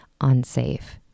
unsafe